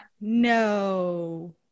No